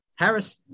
Harris